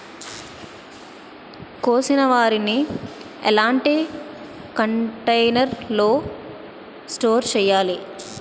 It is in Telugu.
కోసిన వరిని ఎలాంటి కంటైనర్ లో స్టోర్ చెయ్యాలి?